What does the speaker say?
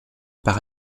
par